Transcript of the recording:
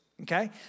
okay